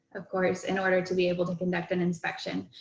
of course, in order to be able to conduct an inspection.